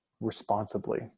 responsibly